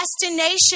destination